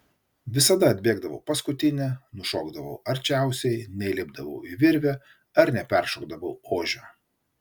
visada atbėgdavau paskutinė nušokdavau arčiausiai neįlipdavau į virvę ar neperšokdavau ožio